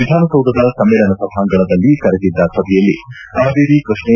ವಿಧಾನಸೌಧದ ಸಮ್ನೇಳನ ಸಭಾಂಗಣದಲ್ಲಿ ಕರೆದಿದ್ದ ಸಭೆಯಲ್ಲಿ ಕಾವೇರಿ ಕೃಷ್ಣೆ